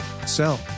Sell